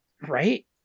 Right